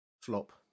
flop